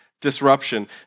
disruption